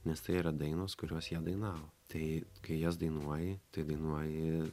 nes tai yra dainos kuriuos jie dainavo tai kai jas dainuoji tai dainuoji